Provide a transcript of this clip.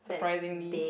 surprisingly